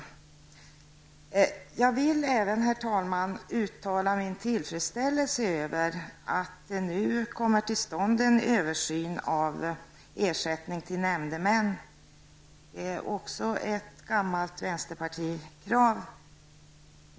Jag vill även, herr talman, uttala min tillfredsställelse över att det nu kommer till stånd en översyn av ersättningen till nämndemän. Det är också ett gammalt vänsterpartikrav.